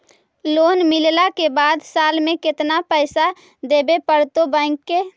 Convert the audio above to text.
Loan मिलला के बाद साल में केतना पैसा देबे पड़तै बैक के?